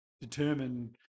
determine